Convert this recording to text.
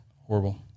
Horrible